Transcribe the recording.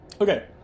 Okay